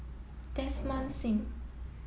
Desmond Sim